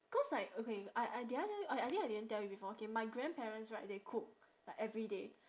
cause like okay I I the other day I I think I didn't tell you before okay my grandparents right they cook like everyday